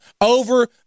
over